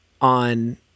on